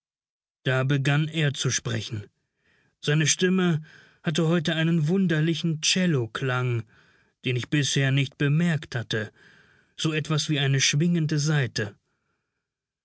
da begann er zu sprechen seine stimme hatte heute einen wunderlichen celloklang den ich bisher nicht bemerkt hatte so etwas wie eine schwingende saite